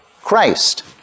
Christ